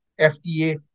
FDA